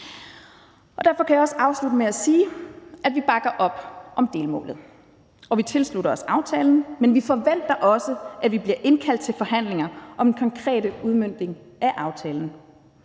Derfor kan jeg også afslutte med at sige, at vi bakker op om delmålet, og at vi tilslutter os aftalen, men vi forventer også, at vi bliver indkaldt til forhandlinger om den konkrete udmøntning af aftalen.